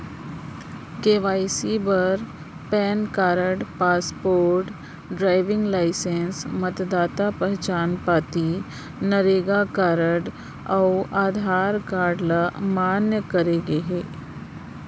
KYC बर PAN card, passport, driving licence, मतदाता पहचान पाती, नरेगा कारड अउ आधार कारड ल मान्य करे गे हे